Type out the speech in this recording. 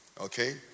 Okay